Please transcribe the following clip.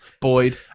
Boyd